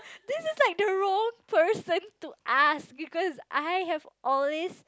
this is like the wrong person to us because I have always